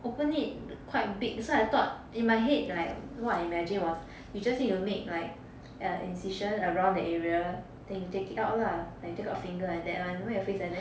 open it quite big so I thought in my head like what I imagine was you just need to make like a incision around the area then you take it out lah like you take out finger like that [one] why your face like that